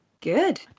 Good